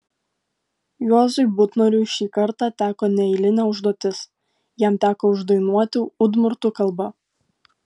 juozui butnoriui šį kartą teko neeilinė užduotis jam teko uždainuoti udmurtų kalba